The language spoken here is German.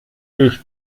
ich